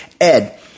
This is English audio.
Ed